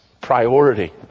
priority